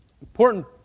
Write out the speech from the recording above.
important